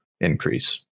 increase